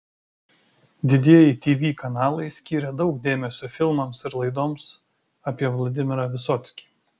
didieji tv kanalai skyrė daug dėmesio filmams ir laidoms apie vladimirą vysockį